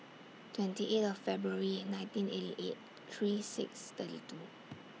twenty eight of Febrary nineteen eighty eight three six thirty two